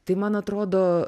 tai man atrodo